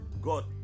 God